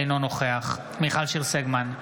אינו נוכח מיכל שיר סגמן,